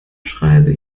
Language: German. schreibe